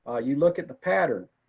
ah you look at the pattern,